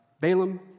Balaam